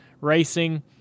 racing